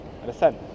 Understand